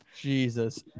Jesus